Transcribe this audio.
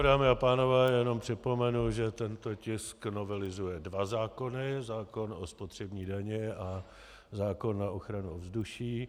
Dámy a pánové, jen připomenu, že tento tisk novelizuje dva zákony: zákon o spotřební dani a zákon na ochranu ovzduší.